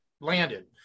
landed